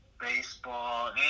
baseball